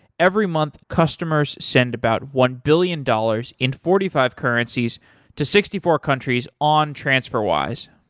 every month, customers send about one billion dollars in forty five currencies to sixty four countries on transferwise.